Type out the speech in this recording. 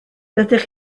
dydych